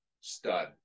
Stud